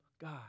God